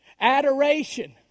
Adoration